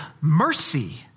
mercy